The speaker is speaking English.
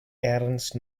ernst